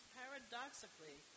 paradoxically